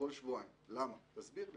כל שבועיים 'למה, תסביר לי'.